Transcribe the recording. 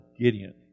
Gideon